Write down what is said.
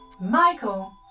Michael